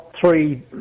three